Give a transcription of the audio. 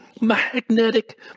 Magnetic